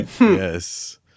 Yes